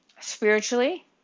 Spiritually